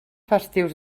festius